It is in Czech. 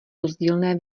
rozdílné